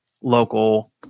local